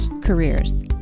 careers